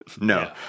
No